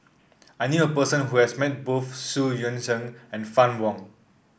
I knew a person who has met both Xu Yuan Zhen and Fann Wong